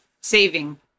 saving